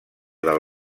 del